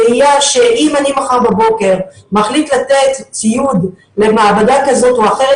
ראייה שאם אני מחר בבוקר מחליט לתת ציוד למעבדה כזאת או אחרת,